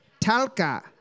Talca